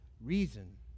reason